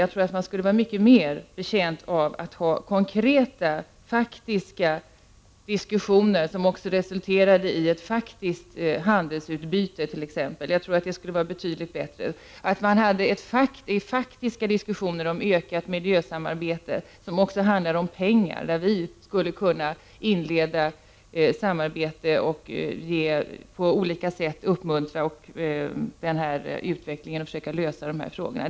Jag tror att man skulle vara mycket mer betjänt av konkreta diskussioner som också resulterar i faktiskt handelsutbyte, och konkreta diskussioner om ökat miljösamarbete, som också gäller pengar. Vi skulle kunna inleda samarbete och på olika sätt upppmuntra utvecklingen och försöka hjälpa till att lösa frågorna.